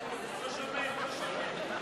סעיף-סעיף.